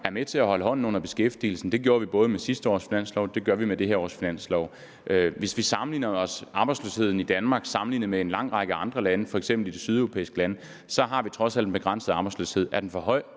er med til at holde hånden under beskæftigelsen. Det gjorde vi både med sidste års finanslov og med det her års finanslov. Hvis vi sammenligner arbejdsløsheden i Danmark med en lang række andre lande, f.eks. de sydeuropæiske lande, så har vi trods alt en begrænset arbejdsløshed. Er den for høj?